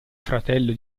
fratello